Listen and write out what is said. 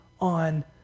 on